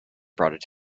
brought